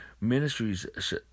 Ministries